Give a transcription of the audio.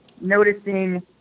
noticing